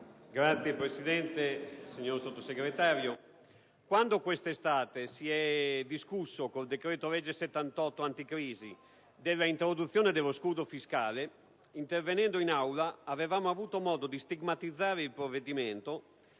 Signora Presidente, signor Sottosegretario, quando quest'estate si è discusso, col decreto-legge anticrisi (il n. 78 del 2009), dell'introduzione dello scudo fiscale, intervenendo in Aula avevamo avuto modo di stigmatizzare il provvedimento,